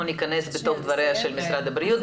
ניכנס לדבריה של נציגת משרד הבריאות.